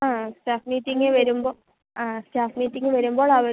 ആ staff meeting വരുമ്പോൾ ആ സ്റ്റാഫ് മീറ്റിങ്ങ് വരുമ്പോളവർ